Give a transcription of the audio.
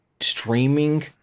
streaming